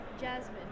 Jasmine